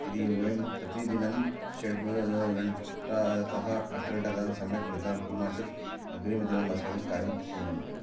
यदि वयं प्रतिदिनं षट् घण्टातः अष्टघण्टातावत् सम्यक् निद्रां कुर्मः चेत् अग्रिमदिने अस्माकं कार्यं पूर्णं भवति